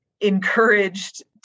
encouraged